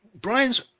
Brian's